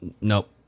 Nope